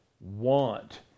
want